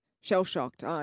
shell-shocked